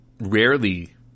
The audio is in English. rarely